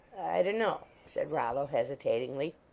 i dunno, said rollo, hesitatingly.